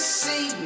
see